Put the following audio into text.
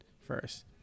first